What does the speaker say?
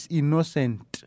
innocent